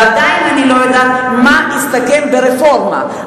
ועדיין אני לא יודעת מה יסתכם ברפורמה.